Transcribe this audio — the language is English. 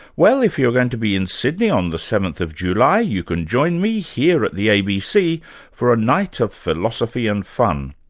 well, if you're going to be in sydney on the seventh july, you can join me here at the abc for a night of philosophy and fun.